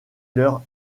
leur